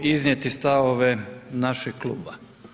ću iznijeti stavove našeg kluba.